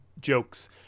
jokes